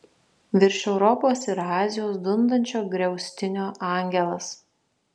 virš europos ir azijos dundančio griaustinio angelas